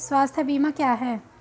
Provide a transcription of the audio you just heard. स्वास्थ्य बीमा क्या है?